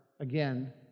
again